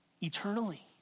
eternally